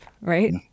right